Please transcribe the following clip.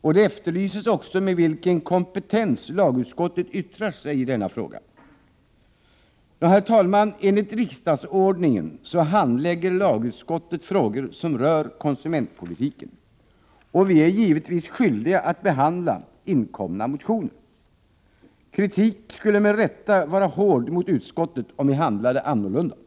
och man vill veta med vilken kompetens lagutskottet yttrar sig i denna fråga. Herr talman! Enligt riksdagsordningen handlägger lagutskottet frågor som rör konsumentpolitiken, och vi i utskottet är givetvis skyldiga att behandla inkomna motioner. Kritiken skulle med rätta vara hård mot utskottet om ledamöterna i det handlade annorlunda.